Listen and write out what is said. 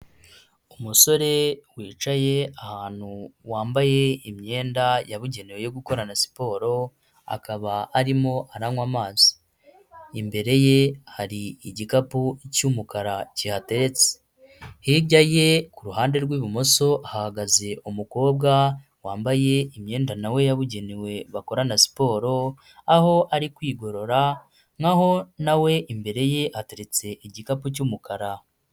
Umusore wicaye ahantu wambaye imyenda yabugenewe yo gukorana siporo, akaba arimo aranywa amazi, imbere ye hari igikapu cy'umukara kihateretse, hirya ye ku ruhande rw'ibumoso hahagaze umukobwa wambaye imyenda na we yabugenewe bakorana siporo, aho ari kwigorora nk'aho na we imbere ye hateretse igikapu cy'umukara.